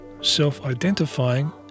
self-identifying